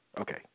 Okay